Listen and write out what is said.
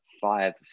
five